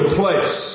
place